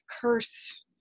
curse